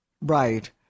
Right